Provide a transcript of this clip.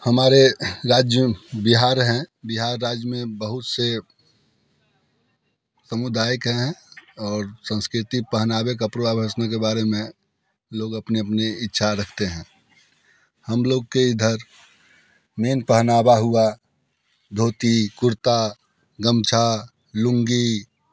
हमारे राज्य बिहार है बिहार राज्य में बहुत से समुदायक हैं और संस्कृति पहनावे कपड़ा वस्त्र के बारे में लोग अपनी अपनी इच्छा रखते हैं हम लोग के इधर मेन पहनावा हुआ धोती कुर्ता गमछा लुंगी